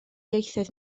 ieithoedd